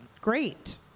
great